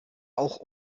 auch